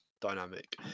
dynamic